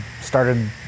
started